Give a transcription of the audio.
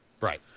Right